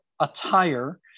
attire